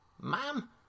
Ma'am